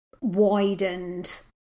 widened